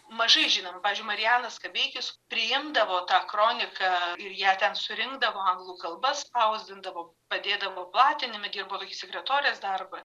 mažai žinoma pavyzdžiui marijana skabeikis priimdavo tą kroniką ir ją ten surinkdavo anglų kalba spausdindavo padėdavo platinime dirbo tokį sekretorės darbą